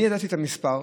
אני ידעתי את המספר.